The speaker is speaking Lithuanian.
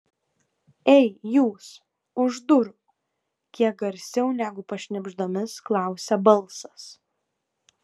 ei jūs už durų kiek garsiau negu pašnibždomis klausia balsas